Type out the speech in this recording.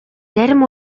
зарим